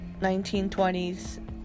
1920s